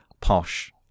posh